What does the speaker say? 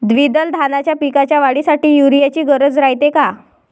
द्विदल धान्याच्या पिकाच्या वाढीसाठी यूरिया ची गरज रायते का?